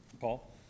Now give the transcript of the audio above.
Paul